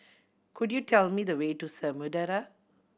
could you tell me the way to Samudera